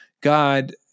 god